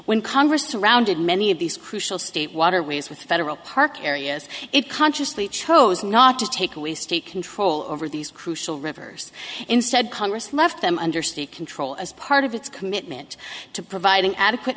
when congress rounded many of these crucial state waterways with federal park areas it consciously chose not to take away state control over these crucial rivers instead congress left them under state control as part of its commitment to providing adequate